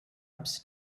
ups